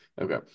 Okay